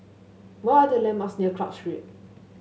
what are the landmarks near Club Street